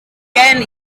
gen